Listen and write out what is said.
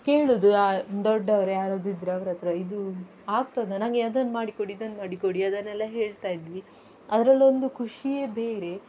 ಕೇಳೋದು ದೊಡ್ಡವ್ರು ಯಾರಾದರೂ ಇದ್ದರೆ ಅವ್ರ ಹತ್ರ ಇದು ಆಗ್ತದಾ ನನಗೆ ಅದನ್ನ ಮಾಡಿಕೊಡಿ ಇದನ್ನ ಮಾಡಿಕೊಡಿ ಅದನ್ನೆಲ್ಲ ಹೇಳ್ತಾಯಿದ್ವಿ ಅದರಲ್ಲೊಂದು ಖುಷಿಯೇ ಬೇರೆ